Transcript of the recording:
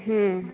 आम्